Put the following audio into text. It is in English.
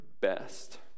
best